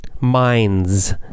Minds